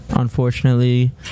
unfortunately